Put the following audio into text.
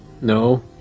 No